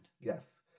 Yes